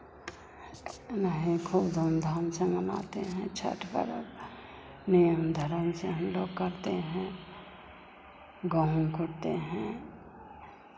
नहीं खूब धूमधाम से मनाते हैं छठ पर्व नियम धर्म से हम लोग करते हैं गेहूँ काटते हैं